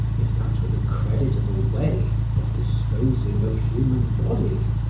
if that were the creditable way of disposing of human bodies,